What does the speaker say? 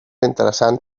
interessant